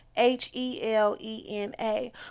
H-E-L-E-N-A